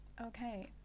Okay